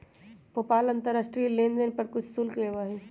PayPal अंतर्राष्ट्रीय लेनदेन पर कुछ शुल्क लेबा हई